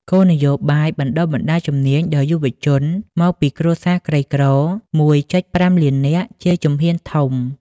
គោលនយោបាយបណ្ដុះបណ្ដាលជំនាញដល់យុវជនមកពីគ្រួសារក្រីក្រ ១,៥ លាននាក់ ជាជំហានធំ។